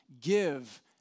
give